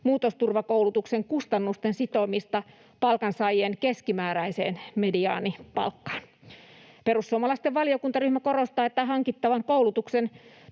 muutosturvakoulutuksen kustannusten sitomista palkansaajien keskimääräiseen mediaanipalkkaan. Perussuomalaisten valiokuntaryhmä korostaa, että hankittavan koulutuksen